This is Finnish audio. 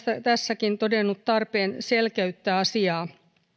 tässäkin todennut tarpeen selkeyttää asiaa